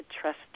trust